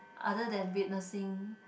other than witnessing